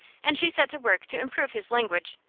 and she set to work to improve his language,